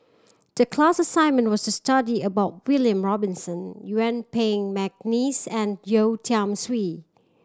the class assignment was to study about William Robinson Yuen Peng McNeice and Yeo Tiam Siew